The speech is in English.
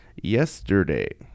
yesterday